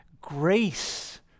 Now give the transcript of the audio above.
grace